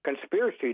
Conspiracy